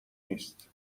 نیست